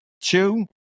Two